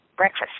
Breakfast